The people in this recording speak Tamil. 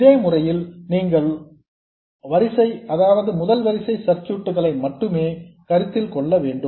இதே முறையில் நீங்கள் முதல் வரிசை சர்க்யூட்ஸ் களை மட்டுமே கருத்தில் கொள்ள வேண்டும்